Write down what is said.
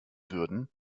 würden